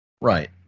Right